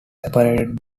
separated